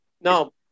No